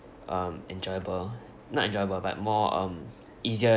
um enjoyable not enjoyable but more um easier